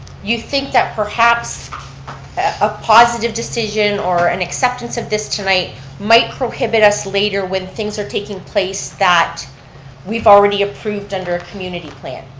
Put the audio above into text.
you think that perhaps a positive decision or an acceptance of this tonight might prohibit us later when things are taking place that we've already approved under a community plan?